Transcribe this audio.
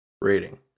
rating